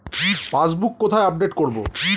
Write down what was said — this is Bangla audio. পাসবুক কোথায় আপডেট করব?